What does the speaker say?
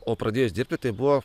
o pradėjus dirbti tai buvo